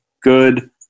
Good